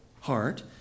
heart